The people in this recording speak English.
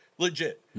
Legit